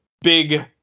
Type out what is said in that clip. big